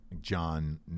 John